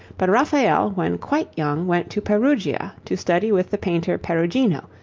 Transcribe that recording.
but raphael when quite young went to perugia to study with the painter perugino,